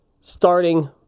Starting